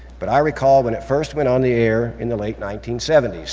but i recall when it first went on the air in the late nineteen seventy s.